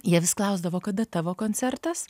jie vis klausdavo kada tavo koncertas